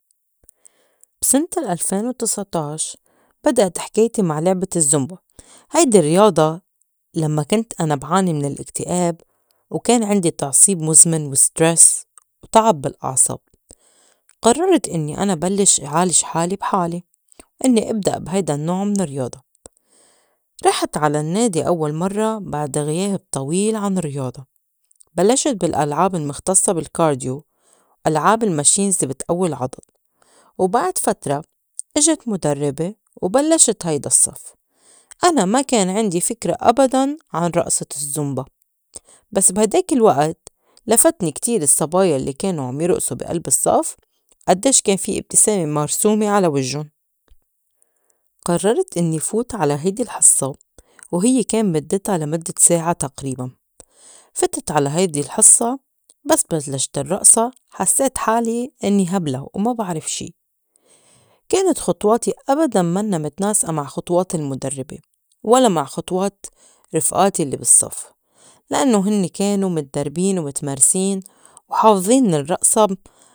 بسنة الألفين وتسع طاعش بدأت حكايتي مع لِعبة الزّومبا، هيدي الرّياضة لمّا كنت أنا بعاني من الاكتئاب وكان عندي تعصيب مُزْمن و stress وتَعَب بالأعصاب قرّرت إنّي أنا بلّش عالج حالي بحالي وإنّي إبداء بي هيدا النّوع من الرّياضة. رِحِت على النّادي أوّل مرّة بعد غياب طويل عن الرياضة، بلّشت بالألعاب المختصّة بال cardio ألعاب ال machines الّي بتقوّي العضل. وبعد فترى إجت مُدرّبة وبلّشت هيدا الصّف، أنا ما كان عندي فِكرى أبداً عن رقصة الزّومبا، بس بي هيداك الوئت لفتني كتير الصّبايا الّي كانو عم يرئصو بي ألب الصّف أدّيش كان في إبتسامة مرسومة على وجُّن. قرّرت إنّي فوت على هيدي الحصّة وهيّ كان مدّتا لمدّة ساعة تقريباً، فتت على هيدي الحصّة بس بلّشت الرقصة حسّيت حالي إنّي هبلا وما بعرف شي كانت خطواتي أبداً منّا متْناسْقة مع خطوات المُدرّبة ولا مع خطوات رفئاتي الّي بالصّف لإنّو هنّي كانو متدربين ومتمرسين وحافظين الرقصة.